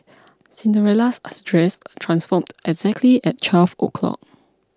Cinderella's dress transformed exactly at twelve o'clock